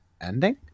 ending